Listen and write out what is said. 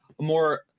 more